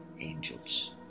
angels